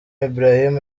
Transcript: ibrahim